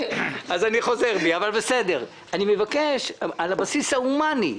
אני מבקש על הבסיס ההומני.